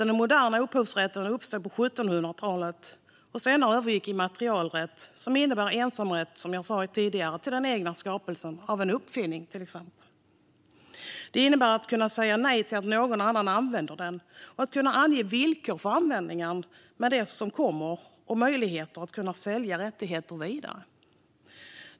Den moderna upphovsrätten uppstod dock på 1700-talet och övergick senare i immaterialrätt, vilket som sagt innebär ensamrätt till det man skapat, exempelvis en uppfinning. Detta innebär att man kan ange villkor för användning eller helt säga nej till att någon annan använder ens skapelse. Det ger också möjlighet att sälja rättigheterna vidare.